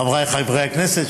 חבריי חברי הכנסת,